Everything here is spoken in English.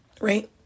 right